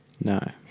No